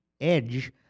edge